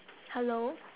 hello